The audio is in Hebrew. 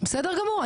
בסדר גמור,